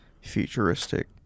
futuristic